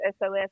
SOS